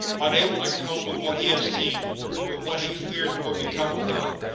unable to cope with what he had seen and with what he feared would become of him,